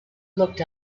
looked